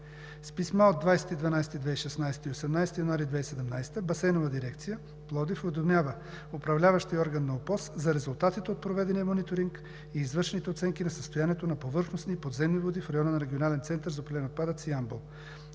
С писмо от 20 декември 2016 г. и от 18 януари 2017 г. Басейнова дирекция – Пловдив, уведомява управляващия орган на ОПОС за резултатите от проведения мониторинг и извършените оценки на състоянието на повърхностни и подземни води в района на Регионален център за управление